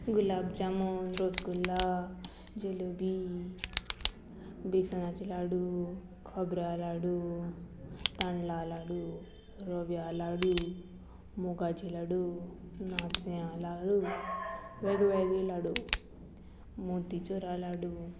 गुलाब जामून रसगुल्ला जलेबी बेसनाची लाडू खोबरा लाडू तां लाडू रोव्या लाडू मुगाची लाडू नाचयां लाडू वेगवेगळी लाडू मोती चोरा लाडू